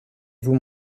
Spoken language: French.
vous